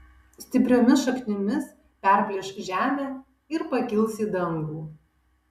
stipriomis šaknimis perplėš žemę ir pakils į dangų